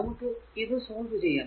നമുക്ക് ഇത് സോൾവ് ചെയ്യണം